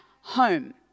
home